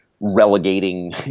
relegating